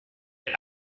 get